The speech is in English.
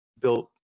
built